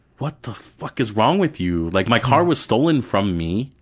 what the fuck is wrong with you? like my car was stolen from me,